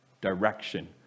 direction